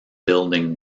building